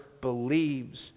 believes